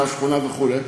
רב שכונה וכו',